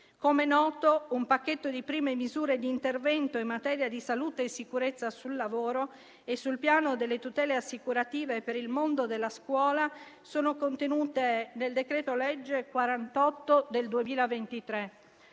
come noto, un pacchetto di prime misure di intervento in materia di salute e sicurezza sul lavoro e sul piano delle tutele assicurative e per il mondo della scuola è contenuto nel decreto-legge n. 48 del 2023.